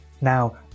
Now